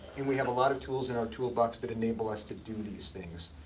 and we have a lot of tools in our toolbox that enable us to do these things.